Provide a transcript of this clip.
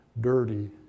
dirty